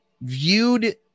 viewed